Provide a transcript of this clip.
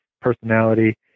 personality